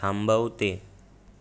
थांबव ते